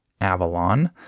Avalon